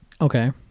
Okay